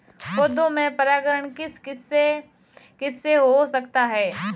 पौधों में परागण किस किससे हो सकता है?